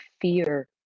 fear